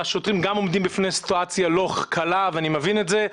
השוטרים גם עומדים בפני סיטואציה לא קלה ואני מבין את זה,